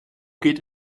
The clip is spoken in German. geht